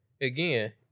again